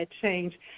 change